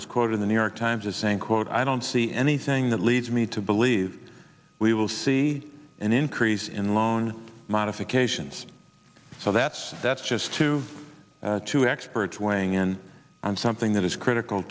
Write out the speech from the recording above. quoted the new york times as saying quote i don't see anything that leads me to believe we will see an increase in loan modifications so that's that's just too too experts weighing in on something that is critical